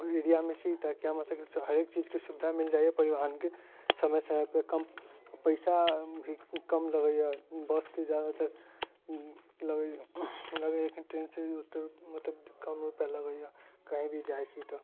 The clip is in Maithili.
एरियामे छी तऽ हमरा सबके हरेक चीज के सुविधा मिल जाइया परिवहन के समय समय पे कम पैसा भी कम लगैय बस के जादातर लगैया ट्रेन से मतलब कम रूपैआ लगैया कहीं भी जाइ छी तऽ